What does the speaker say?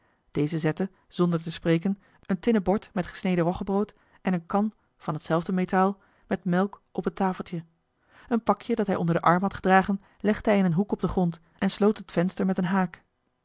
deze zette zonder te spreken een tinnen bord met gesneden roggebrood en eene kan van hetzelfde metaal met melk op het tafeltje een pakje dat hij onder den arm had gedragen legde hij in een hoek op den grond en sloot het venster met een haak